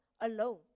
alone